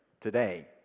today